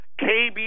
KB